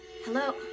hello